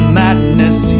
madness